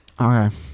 Okay